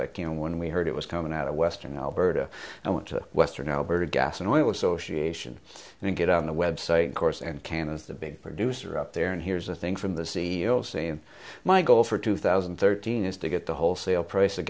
like you know when we heard it was coming out of western alberta and went to western alberta gas and oil associate and you get on the website course and can is the big producer up there and here's the thing from the c e o saying my goal for two thousand and thirteen is to get the wholesale price of